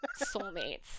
soulmates